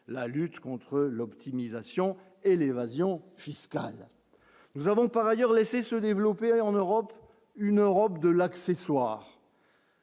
la lutte contre l'optimisation et l'évasion fiscale, nous avons par ailleurs laissé se développer en Europe, une Europe de l'accessoire,